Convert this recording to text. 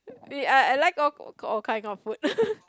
uh I I like all k~ all kind of food